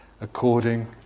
according